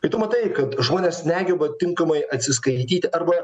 kai tu matai kad žmonės negeba tinkamai atsiskaityti arba